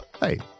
Hey